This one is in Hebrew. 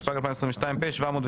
התשפ"ג 2022 (פ/719/25),